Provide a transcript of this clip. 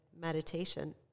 meditation